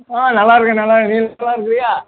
ஆ நல்லாயிருக்கேன் நல்லாயிருக்கேன் நீ நல்லாயிருக்கியா